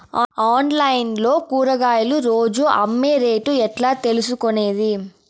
Online లో కూరగాయలు రోజు అమ్మే రేటు ఎట్లా తెలుసుకొనేది?